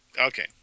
Okay